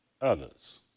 others